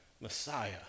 Messiah